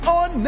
on